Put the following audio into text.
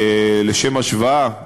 לשם השוואה,